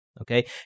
Okay